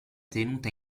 tenuta